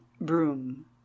broom